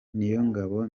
niyongabo